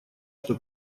что